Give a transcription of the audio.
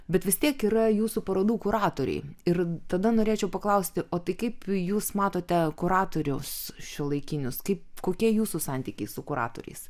bet vis tiek yra jūsų parodų kuratoriai ir tada norėčiau paklausti o tai kaip jūs matote kuratorius šiuolaikinius kaip kokie jūsų santykiai su kuratoriais